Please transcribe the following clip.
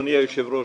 אדוני היושב ראש,